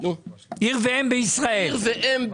עיר ואם בישראל,